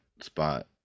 Spot